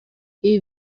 ibi